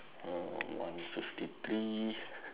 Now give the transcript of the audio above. uh one fifty three